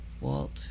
Walt